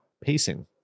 pacing